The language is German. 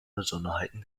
besonderheiten